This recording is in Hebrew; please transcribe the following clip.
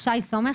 מה זאת אומרת?